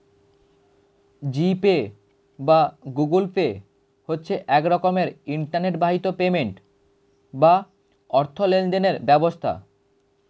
জি pay বা Google pay হচ্ছে এক রকমের ইন্টারনেট বাহিত পেমেন্ট বা অর্থ লেনদেনের ব্যবস্থা